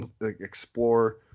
explore